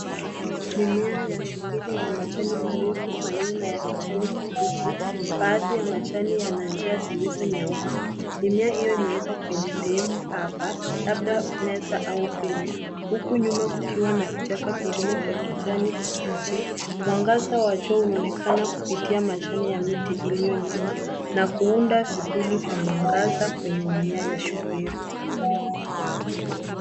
Mimea ya Shukiri ni machane maarufu ya kijani kibichi, baadhi ya machane hayo yana njia zisizo nyooka. Mimia hiyo imewekwa kwenye sehemu tambarare. Nyuma yake kuna vichaka vingine vya kijani kibichi, mwangaza wa jua unaonekana kupitia machane ya miti iliyo nyuma, na kuunda mifumo ya mwangaza kwenye Mimea ya Shukiri.